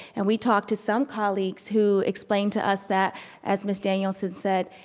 and we talked to some colleagues who explained to us that as miss daniels had said,